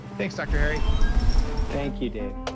thanks, dr. harry thank you dave